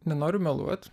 nenoriu meluot